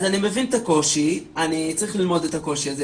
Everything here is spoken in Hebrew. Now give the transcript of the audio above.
אני מבין את הקושי, אני צריך ללמוד את הקושי הזה.